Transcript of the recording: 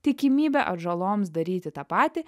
tikimybė atžaloms daryti tą patį